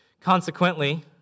Consequently